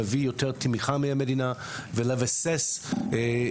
להביא יותר תמיכה מהמדינה ולבסס אותה